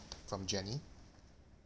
from jenny